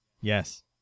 yes